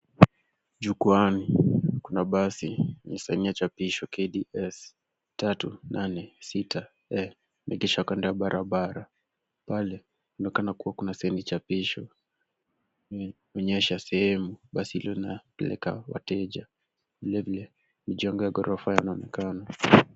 Jukwaani kuna basi yenye saini ya chapisho KDS 386E, imeegeshwa kando ya barabara. Pale kunaonekana kuwa kuna saini chapisho, inaonyesha sehemu basi hilo linapeleka wateja. Vilevile mijengo ya ghorofa inaonekana.